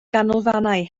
ganolfannau